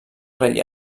rei